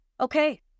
Okay